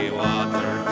water